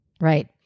Right